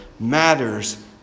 Matters